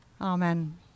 Amen